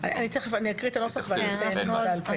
אני אקריא את הנוסח ואציין את זה בעל פה.